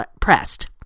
pressed